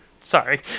sorry